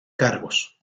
cargos